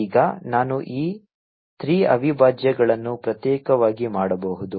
ಈಗ ನಾನು ಈ 3 ಅವಿಭಾಜ್ಯಗಳನ್ನು ಪ್ರತ್ಯೇಕವಾಗಿ ಮಾಡಬಹುದು